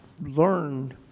learned